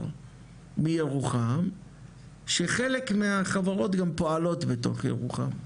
מירוחם שחלק מהחברות גם פועלות מתוך ירוחם,